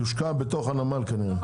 יושקע בנמל כנראה.